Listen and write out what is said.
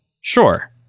Sure